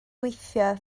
gweithio